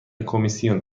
کمیسیون